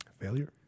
Failure